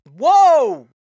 Whoa